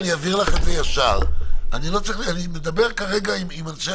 אני מדגישה,